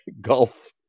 Golf